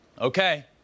okay